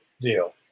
deal